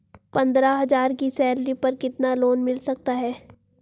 पंद्रह हज़ार की सैलरी पर कितना लोन मिल सकता है?